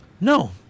No